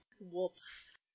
Whoops